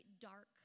dark